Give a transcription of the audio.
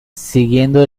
siguiendo